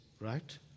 right